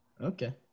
Okay